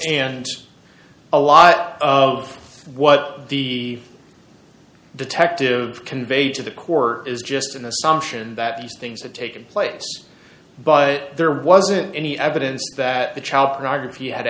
and a lot of what the detective conveyed to the core is just an assumption that these things have taken place but there wasn't any evidence that the child pornography had